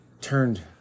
turned